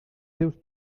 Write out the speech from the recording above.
teus